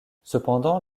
cependant